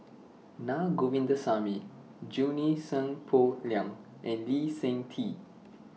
Na Govindasamy Junie Sng Poh Leng and Lee Seng Tee